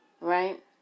right